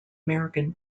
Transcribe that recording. american